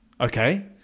Okay